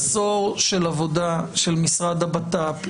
עשור של עבודה של משרד הבט"פ,